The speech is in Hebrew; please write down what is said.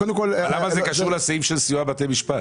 למה זה קשור לסעיף של סיוע לבתי משפט?